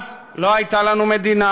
אז לא הייתה לנו מדינה,